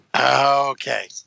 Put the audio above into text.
Okay